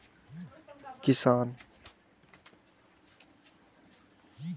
छोट आ सीमांत किसान आ भूमिहीन मजदूरक एकटा पैघ हिस्सा के ई रोजगार दै छै